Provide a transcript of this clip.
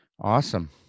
awesome